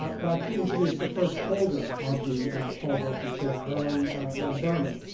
but but to introduce the first holder of the paul volcker chair, our own len burman.